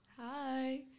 Hi